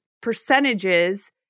percentages